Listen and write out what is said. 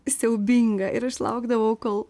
siaubinga ir aš laukdavau kol